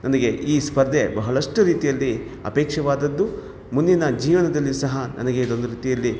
ನನಗೆ ಈ ಸ್ಪರ್ಧೆ ಬಹಳಷ್ಟು ರೀತಿಯಲ್ಲಿ ಅಪೇಕ್ಷವಾದದ್ದು ಮುಂದಿನ ಜೀವನದಲ್ಲಿ ಸಹ ನನಗೆ ಇದೊಂದು ರೀತಿಯಲ್ಲಿ